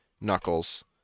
knuckles